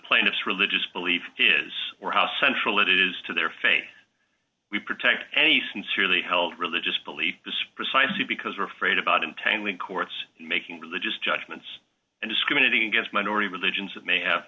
plaintiff's religious belief is or how central it is to their faith we protect any sincerely held religious beliefs precisely because we're afraid about entangling courts making religious judgments and discriminating against minority religions that may have